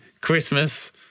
Christmas